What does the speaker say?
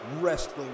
wrestling